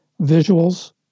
visuals